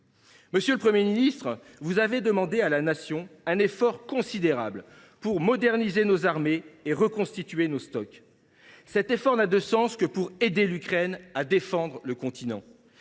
Monsieur le Premier ministre, vous avez demandé à la Nation un effort considérable pour moderniser nos armées et reconstituer nos stocks. Cet effort n’a de sens que pour aider l’Ukraine à défendre le continent.